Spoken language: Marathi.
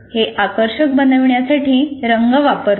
हे आकर्षक बनविण्यासाठी रंग वापरतात